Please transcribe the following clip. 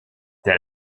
der